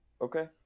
Okay